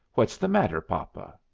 what's the matter, papa?